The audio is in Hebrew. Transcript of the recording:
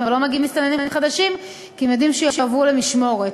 אבל לא מגיעים מסתננים חדשים כי הם יודעים שיעברו למשמורת,